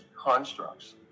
constructs